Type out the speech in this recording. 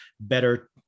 better